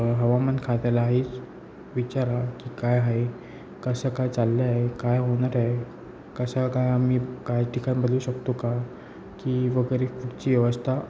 हवामान खात्याला हाई विचारा की काय आहे कसं काय चालले आहे काय होणार आहे कसं काय आम्ही काय ठिकाण बदलू शकतो का की वगैरे कुठची व्यवस्था